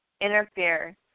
interfere